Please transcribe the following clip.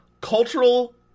cultural